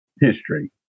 history